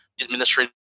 administrative